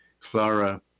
Clara